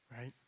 right